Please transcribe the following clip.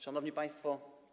Szanowni Państwo!